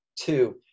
Two